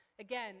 Again